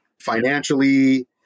Financially